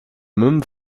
mum